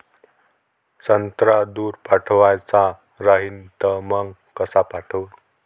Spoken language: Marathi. संत्रा दूर पाठवायचा राहिन तर मंग कस पाठवू?